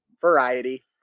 Variety